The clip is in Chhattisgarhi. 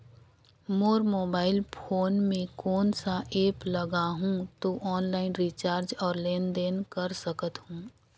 मोर मोबाइल फोन मे कोन सा एप्प लगा हूं तो ऑनलाइन रिचार्ज और लेन देन कर सकत हू?